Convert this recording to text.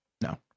No